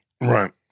Right